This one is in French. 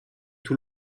tout